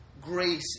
grace